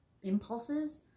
impulses